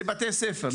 לבתי ספר,